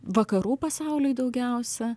vakarų pasauliui daugiausia